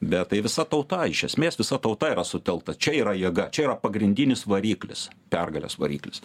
bet tai visa tauta iš esmės visa tauta yra sutelkta čia yra jėga čia yra pagrindinis variklis pergalės variklis